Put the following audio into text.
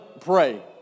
pray